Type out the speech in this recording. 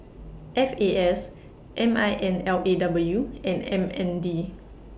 F A S M I N L A W and M N D